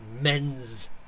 men's